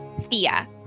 Thea